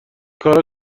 کارا